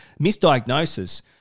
Misdiagnosis